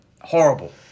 Horrible